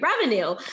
revenue